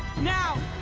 now!